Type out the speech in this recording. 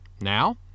Now